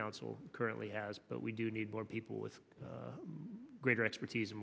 council currently has but we do need more people with greater expertise